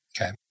Okay